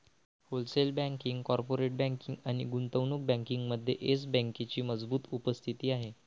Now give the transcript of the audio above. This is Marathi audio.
होलसेल बँकिंग, कॉर्पोरेट बँकिंग आणि गुंतवणूक बँकिंगमध्ये येस बँकेची मजबूत उपस्थिती आहे